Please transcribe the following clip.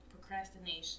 procrastination